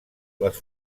les